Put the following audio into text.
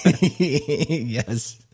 Yes